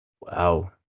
Wow